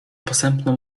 posępną